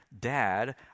dad